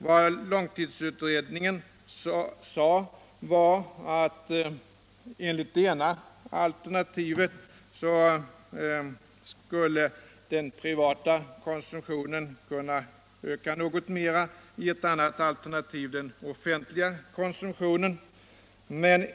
Vad långtidsutredningen sade var enligt ett alternativ att den privata konsumtionen skulle öka något mera, enligt ett annat alternativ den offentliga konsumtionen.